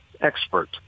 expert